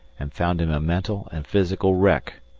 and found him a mental and physical wreck,